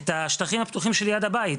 את השטחים הפתוחים שליד הבית,